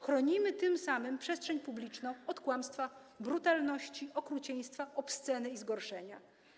Chronimy tym samym przestrzeń publiczną od kłamstwa, brutalności, okrucieństwa, obsceny i zgorszenia.